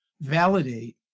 validate